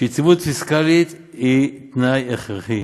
שיציבות פיסקלית היא תנאי הכרחי